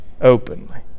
openly